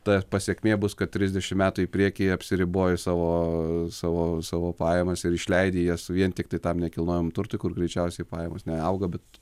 ta pasekmė bus kad trisdešimt metų į priekį apsiriboji savo savo savo pajamas ir išleidi jas vien tiktai tam nekilnojamam turtui kur greičiausiai pajamos neauga bet